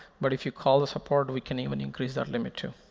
but if you call the support, we can even increase that limit too.